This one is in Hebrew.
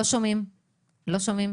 כי הם יתנו מספרים --- מה זאת אומרת?